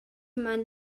man